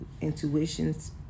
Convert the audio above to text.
intuitions